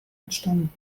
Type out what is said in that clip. entstanden